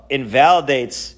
invalidates